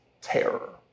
terror